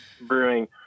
brewing